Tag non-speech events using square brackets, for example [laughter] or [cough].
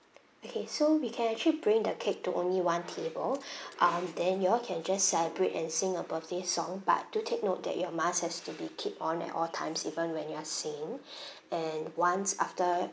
okay so we can actually bring the cake to only one table [breath] um then you all can just celebrate and sing a birthday song but do take note that your mask has to be keep on at all times even when you are singing [breath] and once after